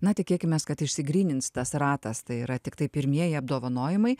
na tikėkimės kad išsigrynins tas ratas tai yra tiktai pirmieji apdovanojimai